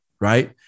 right